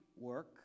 work